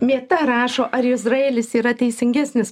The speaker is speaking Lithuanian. mėta rašo ar izraelis yra teisingesnis